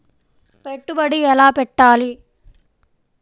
పెట్టుబడి ఎలా పెట్టాలి?